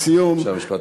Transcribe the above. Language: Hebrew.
לסיום,